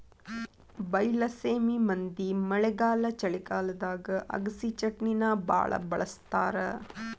ಬೈಲಸೇಮಿ ಮಂದಿ ಮಳೆಗಾಲ ಚಳಿಗಾಲದಾಗ ಅಗಸಿಚಟ್ನಿನಾ ಬಾಳ ಬಳ್ಸತಾರ